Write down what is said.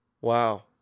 Wow